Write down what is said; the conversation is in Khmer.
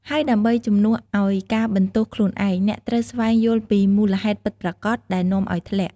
ហើយដើម្បី ជំនួសឲ្យការបន្ទោសខ្លួនឯង អ្នកត្រូវស្វែងយល់ពី មូលហេតុពិតប្រាកដ ដែលនាំឲ្យធ្លាក់។